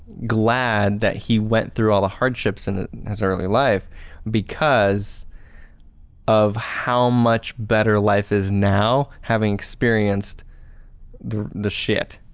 glad that he went through all the hardships in his early life because of how much better life is now, having experienced the the shit.